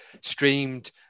streamed